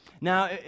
Now